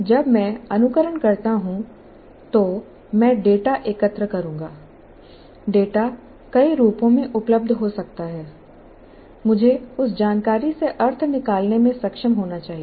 जब मैं अनुकरण करता हूं तो मैं डेटा एकत्र करूंगा डेटा कई रूपों में उपलब्ध हो सकता है मुझे उस जानकारी से अर्थ निकालने में सक्षम होना चाहिए